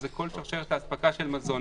אז זה כל שרשרת האספקה של מזון.